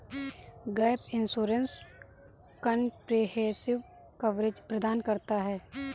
gap insurance comprehensive coverage प्रदान करता है